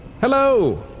Hello